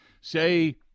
Say